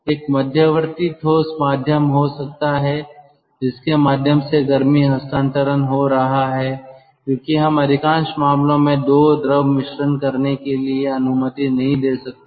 एक मध्यवर्ती ठोस माध्यम हो सकता है जिसके माध्यम से गर्मी हस्तांतरण हो रहा है क्योंकि हम अधिकांश मामलों में 2 द्रव मिश्रण करने के लिए अनुमति नहीं दे सकते हैं